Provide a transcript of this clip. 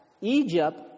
Egypt